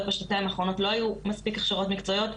בשנתיים האחרונות לא היו מספיק הכשרות מקצועיות,